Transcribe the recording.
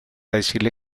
decirle